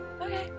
Okay